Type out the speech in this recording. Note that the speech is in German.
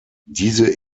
diese